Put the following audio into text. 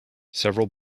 several